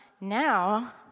Now